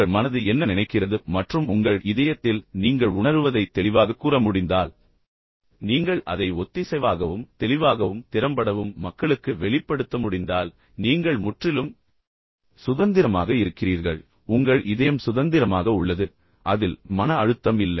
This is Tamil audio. உங்கள் மனது என்ன நினைக்கிறது மற்றும் உங்கள் இதயத்தில் நீங்கள் உணருவதை தெளிவாகக் கூற முடிந்தால் நீங்கள் அதை ஒத்திசைவாகவும் தெளிவாகவும் திறம்படவும் மக்களுக்கு வெளிப்படுத்த முடிந்தால் நீங்கள் முற்றிலும் சுதந்திரமாக இருக்கிறீர்கள் உங்கள் மனம் சுதந்திரமாக உள்ளது உங்கள் இதயம் சுதந்திரமாக உள்ளது அதில் மன அழுத்தம் இல்லை